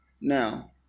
now